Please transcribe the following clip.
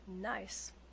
Nice